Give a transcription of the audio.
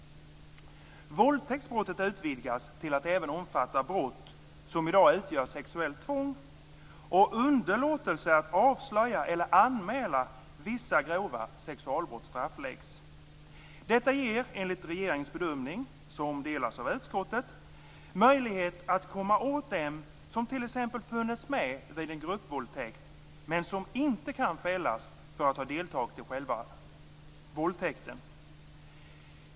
Våldtäktsbrottet utvidgas till att även omfatta brott som i dag utgör sexuellt tvång. Underlåtelse att avslöja eller anmäla vissa grova sexualbrott straffbeläggs. Detta ger enligt regeringens bedömning, som delas av utskottet, möjlighet att komma åt dem som t.ex. funnits med vid en gruppvåldtäkt men som inte kan fällas för att ha deltagit i själva våldtäkten.